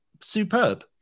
superb